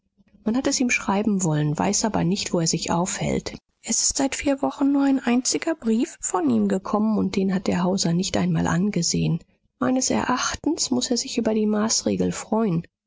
man hat es ihm schreiben wollen weiß aber nicht wo er sich aufhält es ist seit vier wochen nur ein einziger brief von ihm gekommen und den hat der hauser nicht einmal angesehen meines erachtens muß er sich über die maßregel freuen